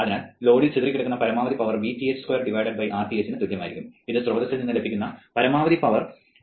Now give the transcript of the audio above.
അതിനാൽ ലോഡിൽ ചിതറിക്കിടക്കുന്ന പരമാവധി പവർ Vth24Rth ന് തുല്യമായിരിക്കും ഇത് സ്രോതസ്സ്ൽ നിന്ന് ലഭ്യമായ പരമാവധി പവർ എന്നറിയപ്പെടുന്നു